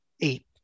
Eight